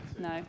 No